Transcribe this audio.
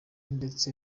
ndetse